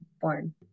born